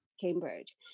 Cambridge